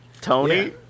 Tony